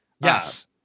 Yes